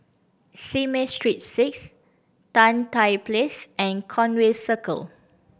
Simei Street Six Tan Tye Place and Conway Circle